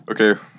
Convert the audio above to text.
okay